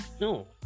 no